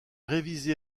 révisé